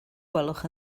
gwelwch